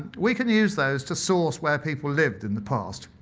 we can use those to source where people lived in the past,